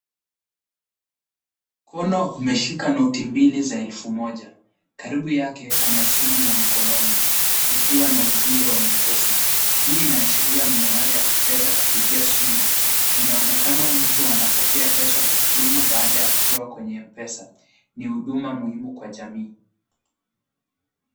Mkono umeshika noti mbili za elfu moja. Karibu yake kuna simu ya mkononi ikiwa na ujumbe wa M-Pesa. Hii inaashiria miamala ya kifedha kupitia simu. Inaonekana mtu anapokea pesa taslimu baada ya kutoa kwenye M-Pesa. Ni huduma muhimu kwa jamii.